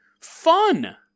fun